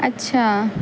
اچھا